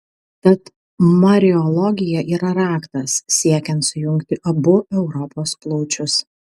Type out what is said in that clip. tad mariologija yra raktas siekiant sujungti abu europos plaučius